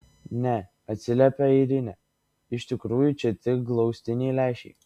ne atsiliepia airinė iš tikrųjų čia tik glaustiniai lęšiai